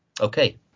Okay